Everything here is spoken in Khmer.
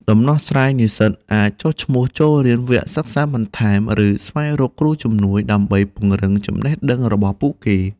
ដំណោះស្រាយនិស្សិតអាចចុះឈ្មោះចូលរៀនវគ្គសិក្សាបន្ថែម ឬស្វែងរកគ្រូជំនួយដើម្បីពង្រឹងចំណេះដឹងរបស់ពួកគេ។